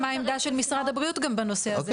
העמדה של משרד הבריאות גם בנושא הזה.